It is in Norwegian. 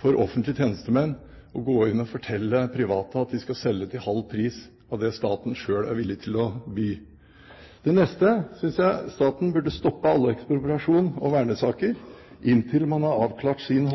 for offentlige tjenestemenn å gå inn og fortelle private at de skal selge til halv pris av det staten selv er villig til å by. Det neste: Staten burde stoppe alle ekspropriasjons- og vernesaker inntil man har avklart sin